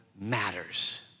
matters